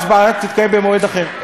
ההצבעה תתקיים במועד אחר.